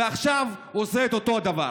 ועכשיו הוא עושה את אותו הדבר.